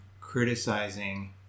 criticizing